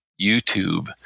YouTube